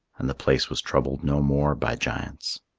and the place was troubled no more by giants.